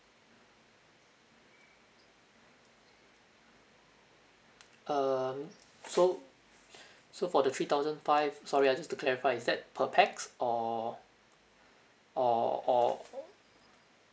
um so so for the three thousand five sorry ah just to clarify is that per pax or or or